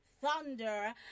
thunder